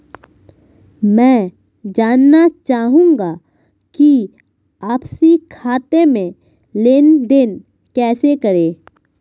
मैं जानना चाहूँगा कि आपसी खाते में लेनदेन कैसे करें?